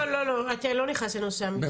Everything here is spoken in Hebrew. לא, אתה לא נכנס לנושא המיסוך.